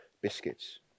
biscuits